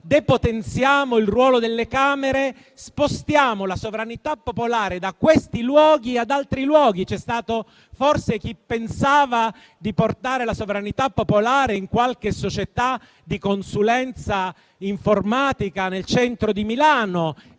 depotenziamo il ruolo delle Camere, spostiamo la sovranità popolare da questi luoghi ad altri. C'è stato forse chi pensava di portare la sovranità popolare in qualche società di consulenza informatica nel centro di Milano